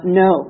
no